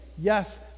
Yes